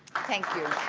thank you.